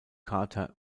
carter